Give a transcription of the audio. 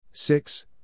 Six